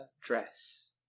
dress